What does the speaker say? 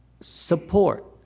support